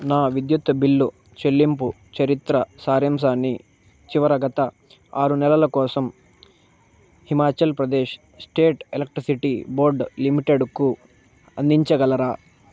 నా విద్యుత్ బిల్లు చెల్లింపు చరిత్ర స్యారాంశాన్ని చివర గత ఆరు నెలలు కోసం Himachal Pradesh state electricity board లిమిటెడ్కు అందించగలరా